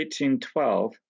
1812